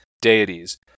deities